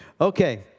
Okay